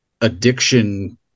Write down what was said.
addiction